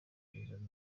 zirahari